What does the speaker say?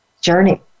journey